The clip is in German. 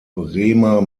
bremer